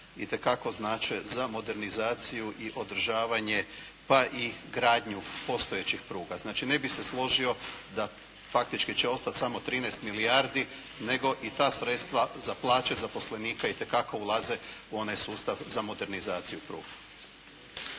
itekako znače za modernizaciju i za održavanje pa i gradnju postojećih pruga. Znači, ne bih se složio da faktički će ostat samo 13 milijardi nego i ta sredstva za plaće zaposlenika itekako ulaze u onaj sustav za modernizaciju pruge.